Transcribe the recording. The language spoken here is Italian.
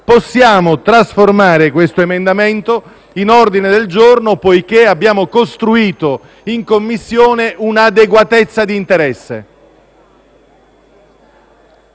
possiamo trasformare l'emendamento in ordine del giorno perché abbiamo costruito in Commissione un'adeguatezza di interesse.